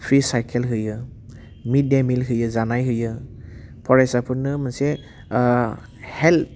free cycle होयो mid day meal होयो जानाय होयो फरायसाफोरनो मोनसे हेल्प